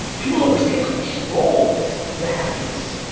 people don't understand, control is the happiness,